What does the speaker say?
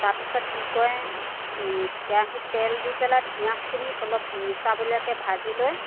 তাৰ পিছত কি কয় কেৰাহীত তেল দি পেলাই পিয়াজখিনি অলপ মিছাবলীয়াকে ভাজি লৈ